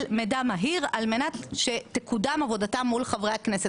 מידע מהיר על מנת שתקודם עבודתם מול חברי הכנסת.